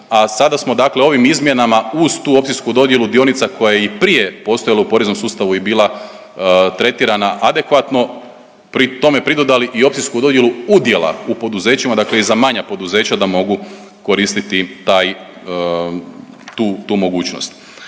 a sada smo dakle ovim izmjenama uz tu opcijsku dodjelu dionica koja je i prije postojala u poreznom sustavu i bila tretirana adekvatno pri tome pridodali i opcijsku dodjelu udjela u poduzećima, dakle i za manja poduzeća da mogu koristiti taj, tu, tu mogućnost.